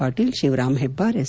Patil Shivaram Heblar S